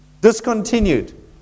Discontinued